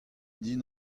din